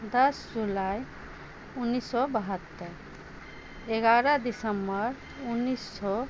दश जुलाइ उन्नैस सए बहत्तर एगारह दिसम्बर उन्नैस सए